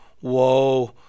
whoa